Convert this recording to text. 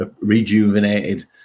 rejuvenated